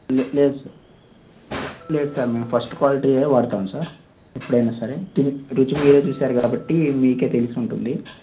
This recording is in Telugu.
లే లేదు సార్ లేదు సార్ మేము ఫర్స్ట్ క్వాలిటీయే వాడతాం సార్ ఎప్పుడైనసరే రుచి మిరే చూసారు కాబట్టి మీకే తెలుసుంటుంది